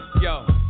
yo